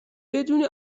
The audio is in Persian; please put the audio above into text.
بدون